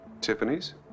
Tiffany's